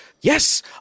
Yes